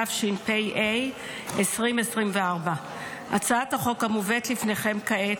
התשפ"ה 2024. הצעת החוק המובאת בפניכם כעת